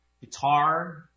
guitar